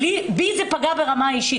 בי זה פגע ברמה האישית.